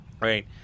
right